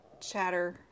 chatter